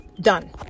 Done